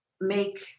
make